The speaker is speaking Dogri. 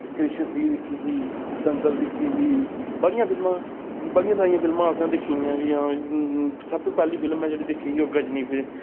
कृश थ्री दिक्खी ही दंगल दिक्खी ही बड़ियां फिल्मां बड़ियां सारियां फिल्मां असें दिक्खियां कि हां सब तो पैह्ली फिल्म में जेह्ड़ी दिक्खी ही ओह् गज़नी